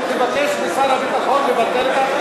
אני מבקש משר הביטחון לבטל את ההחלטה.